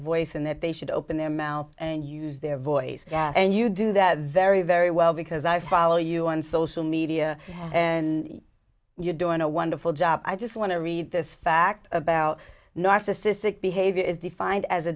voice and that they should open their mouth and use their voice and you do that very very well because i follow you on social media and you're doing a wonderful job i just want to read this fact about